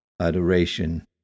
adoration